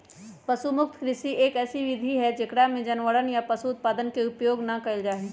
पशु मुक्त कृषि, एक ऐसी विधि हई जेकरा में जानवरवन या पशु उत्पादन के उपयोग ना कइल जाहई